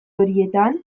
horietan